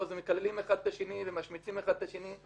זה מקללים אחד את השני ומשמיצים אחד את השני,